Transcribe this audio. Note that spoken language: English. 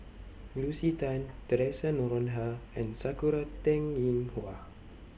Lucy Tan Theresa Noronha and Sakura Teng Ying Hua